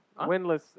Winless